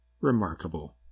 remarkable